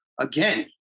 Again